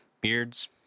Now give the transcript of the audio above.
Beards